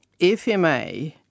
FMA